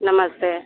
नमस्ते